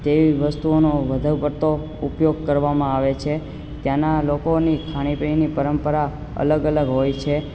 તેવી વસ્તુઓનો વધુ પડતો ઉપયોગ કરવામાં આવે છે ત્યાં ના લોકોની ખાણીપીણીની પરંપરા અલગ અલગ હોય છે